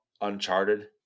Uncharted